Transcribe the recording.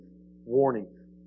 warning